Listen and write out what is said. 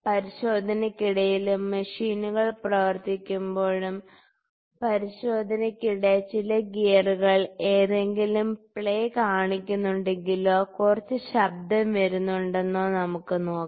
പരിശോധനയ്ക്കിടയിലും മെഷീനുകൾ പ്രവർത്തിക്കുമ്പോഴും പരിശോധനയ്ക്കിടെ ചില ഗിയറുകൾ എന്തെങ്കിലും പ്ലേ കാണിക്കുന്നുണ്ടെങ്കിലോ കുറച്ച് ശബ്ദം വരുന്നുണ്ടെന്നോ നമുക്ക് നോക്കാം